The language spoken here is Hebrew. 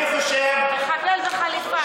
אני חושב, מחבל בחליפה.